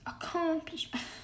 Accomplishment